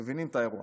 מבינים את האירוע.